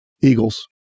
Eagles